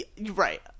Right